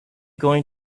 going